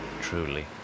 Truly